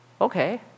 Okay